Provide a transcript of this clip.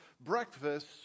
breakfast